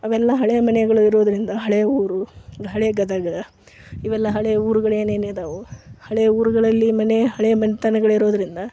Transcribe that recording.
ಅವೆಲ್ಲ ಹಳೆಯ ಮನೆಗಳು ಇರೋದರಿಂದ ಹಳೇ ಊರು ಹಳೇ ಗದಗ ಇವೆಲ್ಲ ಹಳೇ ಊರುಗಳು ಏನೇನು ಇದಾವೆ ಹಳೇ ಊರುಗಳಲ್ಲಿ ಹಳೇ ಮನೆತನಗಳು ಇರೋದರಿಂದ